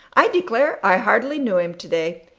i declare i hardly knew him today.